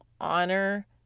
honor